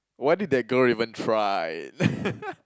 why did that girl even try